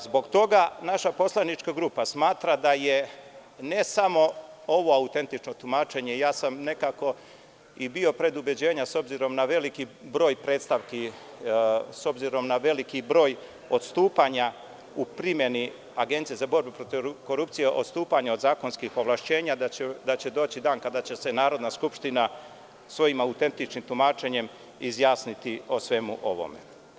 Zbog toga naša poslanička grupa smatra da je ne samo ovo autentično tumačenje, ja sam nekako i bio predubeđenja, s obzirom na veliki broj predstavki, s obzirom na veliki broj odstupanja u primeni Agencije za borbu protiv korupcije, odstupanja od zakonskih ovlašćenja da će doći dan kada će Narodna skupština svojim autentičnim tumačenjem izjasniti o svemu ovome.